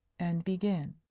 and begin.